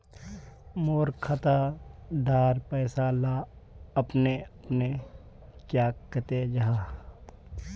मोर खाता डार पैसा ला अपने अपने क्याँ कते जहा?